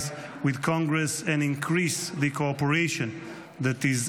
with the Congress and increase the cooperation that is